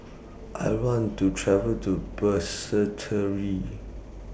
I want to travel to Basseterre